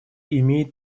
имеет